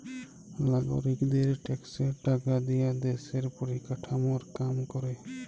লাগরিকদের ট্যাক্সের টাকা দিয়া দ্যশের পরিকাঠামর কাম ক্যরে